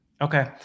Okay